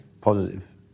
Positive